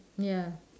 ya